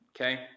Okay